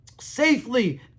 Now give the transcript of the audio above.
safely